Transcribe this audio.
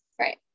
Right